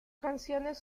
canciones